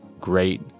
great